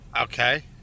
Okay